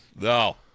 No